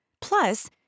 Plus